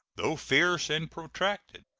though fierce and protracted,